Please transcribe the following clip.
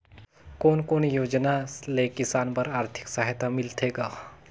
कोन कोन योजना ले किसान बर आरथिक सहायता मिलथे ग?